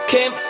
Kim